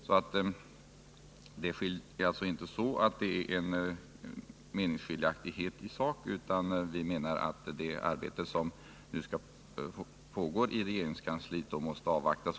Det är alltså inte någon meningsskiljaktighet i sak, utan vi menar bara att avslutningen av det arbete som nu pågår i regeringens kansli måste avvaktas.